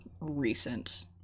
recent